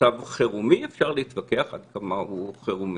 כמצב חירומי, ואפשר להתווכח עד כמה הוא חירומי...